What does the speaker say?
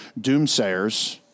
doomsayers